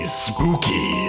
spooky